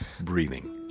breathing